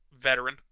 Veteran